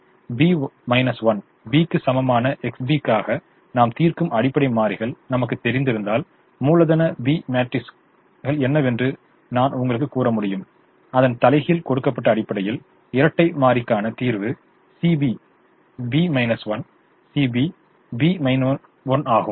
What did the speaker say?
B 1 B க்கு சமமான XB க்காக நாம் தீர்க்கும் அடிப்படை மாறிகள் நமக்குத் தெரிந்தால் மூலதன B மேட்ரிக்ஸ்கள் என்னவென்று நான் உங்களுக்குச் கூற முடியும் அதன் தலைகீழ் கொடுக்கப்பட்ட அடிப்படையில் இரட்டை மாறிக்கான தீர்வு CB B 1 CB B 1 ஆகும்